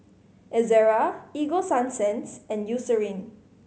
Ezerra Ego Sunsense and Eucerin